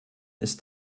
ist